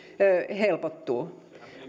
helpottuu